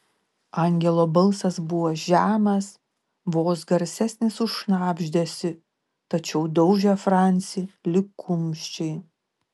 angelo balsas buvo žemas vos garsesnis už šnabždesį tačiau daužė francį lyg kumščiai